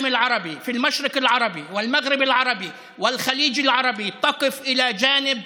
הערבי במשרק הערבי ובמע'רב הערבי ובמפרץ הערבי תומכים בשאיפות